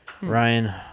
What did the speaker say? Ryan